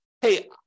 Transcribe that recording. hey